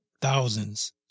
thousands